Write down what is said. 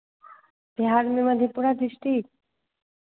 बिहार में मधेपुरा डिस्ट्रिक